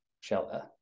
shelter